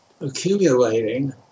accumulating